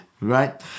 right